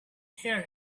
hear